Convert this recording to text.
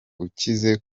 ukize